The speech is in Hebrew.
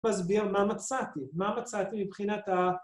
‫מסביר מה מצאתי, ‫מה מצאתי מבחינת ה...